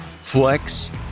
flex